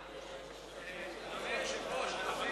בסדר-היום.